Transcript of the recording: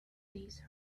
these